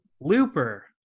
Looper